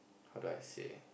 how do I say